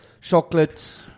Chocolate